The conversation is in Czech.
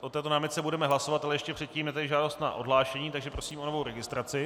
O této námitce budeme hlasovat, ale ještě předtím je tady žádost o odhlášení, takže prosím o novou registraci.